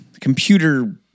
computer